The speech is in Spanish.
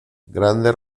grandes